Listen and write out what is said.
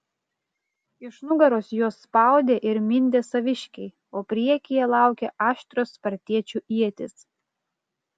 iš nugaros juos spaudė ir mindė saviškiai o priekyje laukė aštrios spartiečių ietys